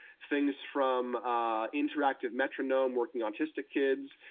things from interactive metronome, working autistic kids,